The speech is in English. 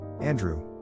Andrew